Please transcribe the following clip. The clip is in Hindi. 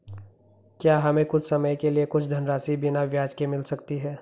क्या हमें कुछ समय के लिए कुछ धनराशि बिना ब्याज के मिल सकती है?